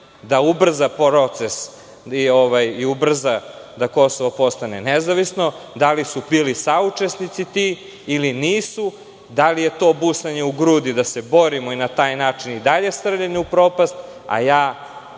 da ubrza proces i ubrza da Kosovo postane nezavisno, da li su bili saučesnici ti ili nisu, da li je to busanje u grudi, da se borimo i na taj način i dalje srljanje u propast, a ja